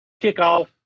kickoff